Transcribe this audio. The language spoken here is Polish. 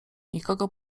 nikogo